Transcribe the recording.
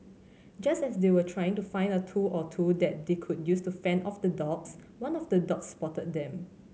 just as they were trying to find a tool or two that they could use to fend off the dogs one of the dogs spotted them